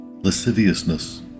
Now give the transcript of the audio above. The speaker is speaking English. lasciviousness